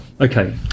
Okay